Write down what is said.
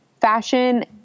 fashion